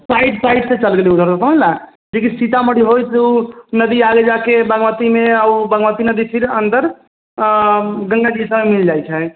side साइडसँ चल गेलै उधर समझलह जेकि सीतामढ़ी होइत ओ नदी आगे जा कऽ बागमतीमे ओ बागमती नदी फेर अन्दर गङ्गा जीसँ मिल जाइत छै